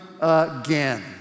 again